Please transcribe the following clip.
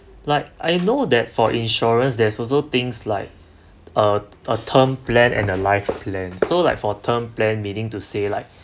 like I know that for insurance there's also things like a a term plan and a life plan so like for term plan meaning to say like